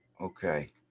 Okay